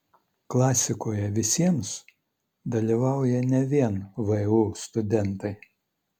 klasikoje visiems dalyvauja ne vien vu studentai